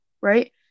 right